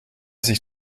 sich